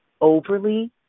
overly